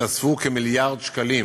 יתווספו כמיליארד שקלים